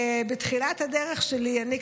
בתחילת הדרך שלי אני,